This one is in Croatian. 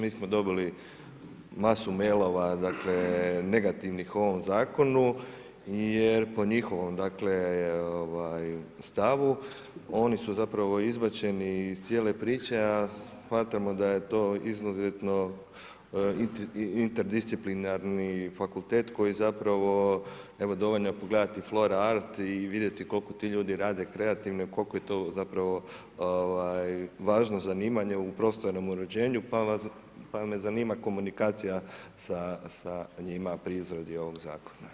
Mi smo dobili masu mailova, dakle negativnih u ovom zakonu jer po njihovom dakle stavu oni su zapravo izbačeni iz cijele priče a smatramo da je to izuzetno interdisciplinarni fakultet koji zapravo, evo dovoljno je pogledati flor art i vidjeti koliko ti ljudi rade kreativno i koliko je to zapravo važno zanimanje u prostornom uređenju pa me zanima komunikacija sa njima pri izradi ovog zakona.